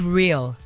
real